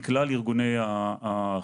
מכלל ארגוני החירום.